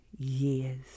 years